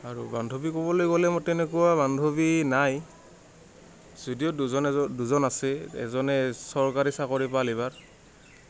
আৰু বান্ধৱী ক'বলৈ গ'লে মোৰ তেনেকুৱা বান্ধৱী নাই যদিও দুজন এ দুজন আছে এজনে চৰকাৰী চাকৰি পাল এইবাৰ